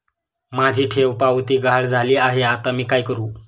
माझी ठेवपावती गहाळ झाली आहे, आता मी काय करु?